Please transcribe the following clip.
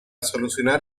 solucionar